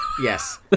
yes